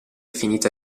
finita